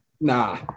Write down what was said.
nah